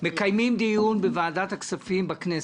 מקיימים דיון בוועדת הכספים בכנסת,